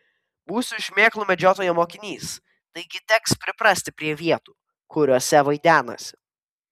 būsiu šmėklų medžiotojo mokinys taigi teks priprasti prie vietų kuriose vaidenasi